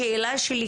השאלה שלי,